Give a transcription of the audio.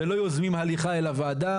ולא יוזמים הליכה אל הוועדה.